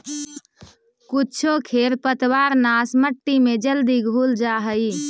कुछो खेर पतवारनाश मट्टी में जल्दी घुल जा हई